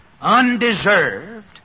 undeserved